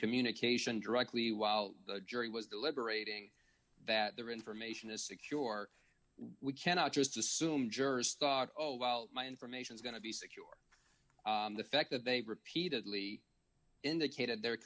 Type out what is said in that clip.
communication directly while the jury was deliberating that their information is secure we cannot just assume jurors thought oh well my information is going to be secure the fact that they've repeatedly indicated their